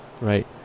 right